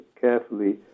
carefully